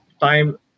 time